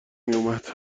میومد